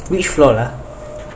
which floor lah